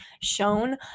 shown